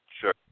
Sure